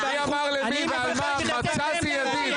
עכשיו הוא אמר "למה לא הוזמנתם לראש העין".